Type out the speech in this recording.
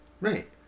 Right